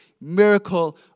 miracle